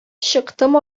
чыктым